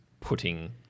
putting